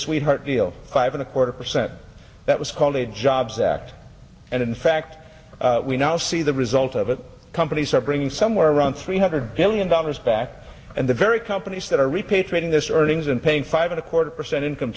sweetheart deal five and a quarter percent that was called a jobs act and in fact we now see the result of it companies are bringing somewhere around three hundred billion dollars back and the very companies that are repatriating this earnings and paying five and a quarter percent income